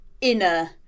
inner